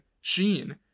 sheen